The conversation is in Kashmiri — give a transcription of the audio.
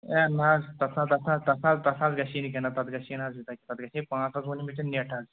ہے نہَ حظ تَتھ نہَ حظ تَتھ نہَ حظ تَتھ نہَ حظ تَتھ نہَ حظ گژھِی نہٕ کیٚنٛہہ نہَ تَتھ گژھِی نہَ حظ یوٗتاہ کیٚنٛہہ تَتھ گژھِی پانٛژھ ہَتھ ووٚنُے مےٚ نٮ۪ٹ حظ